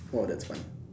oh that's fun